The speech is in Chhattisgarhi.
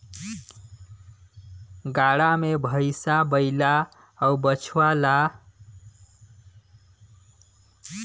गाड़ा मे भइसा बइला अउ बछवा ल फाएद के रेगाल जाथे